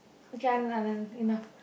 okay Anand Anand enough